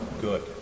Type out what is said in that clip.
Good